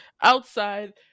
outside